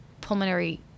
pulmonary